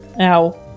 Ow